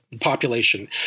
population